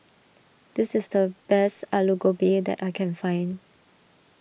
this is the best Alu Gobi that I can find